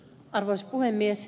arvoisa puhemies